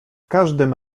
każdym